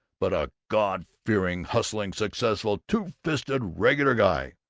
but a god-fearing, hustling, successful, two-fisted regular guy,